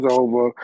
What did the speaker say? over